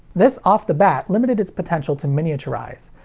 this off the bat limited its potential to miniaturize.